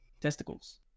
testicles